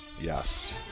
Yes